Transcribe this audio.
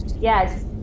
Yes